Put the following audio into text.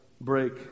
break